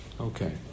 Okay